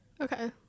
Okay